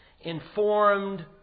informed